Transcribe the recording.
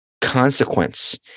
consequence